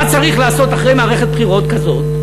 מה צריך לעשות אחרי מערכת בחירות כזאת?